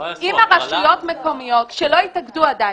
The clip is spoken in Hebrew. אם הרשויות המקומיות שלא התאגדו עדיין,